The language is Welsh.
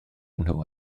nhw